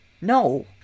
No